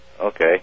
Okay